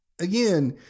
again